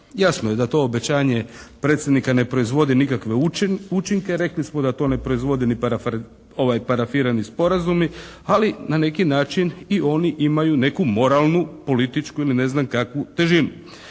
Jasno je da to obećanje Predsjednika ne proizvodi nikakve učinke, rekli smo da to ne proizvodi ni parafirani sporazumi ali na neki način i oni imaju neku moralnu političku ili ne znam kakvu težinu.